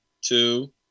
two